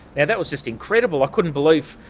that was just incredible, i couldn't believe,